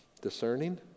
discerning